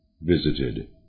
visited